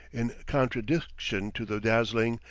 in contradistinction to the dazzling,